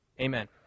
Amen